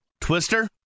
Twister